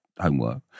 homework